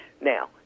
Now